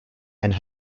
and